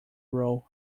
role